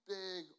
big